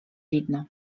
widno